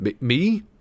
Me